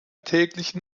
täglichen